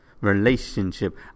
relationship